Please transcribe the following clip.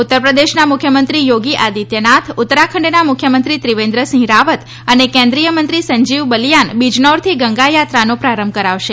ઉત્તરપ્રદેશના મુખ્યમંત્રી યોગી આદિત્યનાથ ઉત્તરાખંડના મુખ્યમંત્રી ત્રિવેન્દ્ર સિંહ રાવત અને કેન્દ્રીય મંત્રી સંજીવ બલીયાન બીજનૌરથી ગંગા યાત્રાનો પ્રારંભ કરાવશે